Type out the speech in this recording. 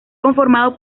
conformado